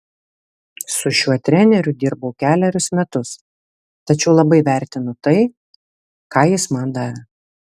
su šiuo treneriu dirbau kelerius metus tačiau labai vertinu tai ką jis man davė